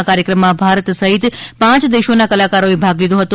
આ કાર્યક્રમમાં ભારત સહિત પાંચ દેશોના કલાકારો ભાગ લીધો હતો